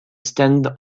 stand